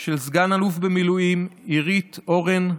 של סגן אלוף במילואים עירית אורן גונדרס.